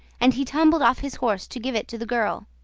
and he tumbled off his horse to give it to the girl.